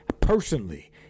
personally